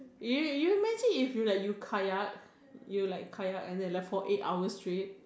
you you imagine if you like you kayak you like kayak and then for eight hour straight